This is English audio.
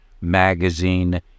magazine